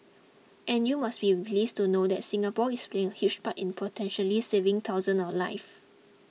and you must be pleased to know that Singapore is playing a huge part in potentially saving thousands of lives